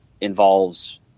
involves